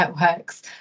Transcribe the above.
networks